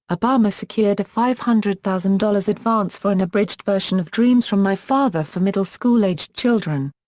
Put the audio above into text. obama secured a five hundred thousand dollars advance for an abridged version of dreams from my father for middle-school-aged children.